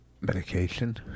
Medication